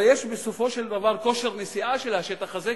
הרי יש בסופו של דבר כושר נשיאה של השטח הזה,